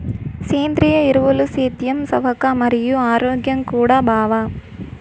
సేంద్రియ ఎరువులు సేద్యం సవక మరియు ఆరోగ్యం కూడా బావ